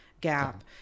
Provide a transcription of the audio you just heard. gap